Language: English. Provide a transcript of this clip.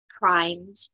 primed